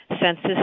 Census